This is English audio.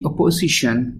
opposition